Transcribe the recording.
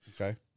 Okay